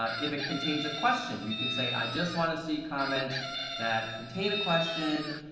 ah if it contains a question, you can say i just wana see comments that contain a question.